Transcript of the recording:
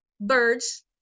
birds